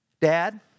Dad